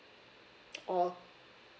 oh